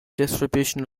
distribution